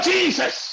Jesus